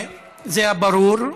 זה היה ברור.